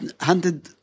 hunted